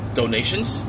donations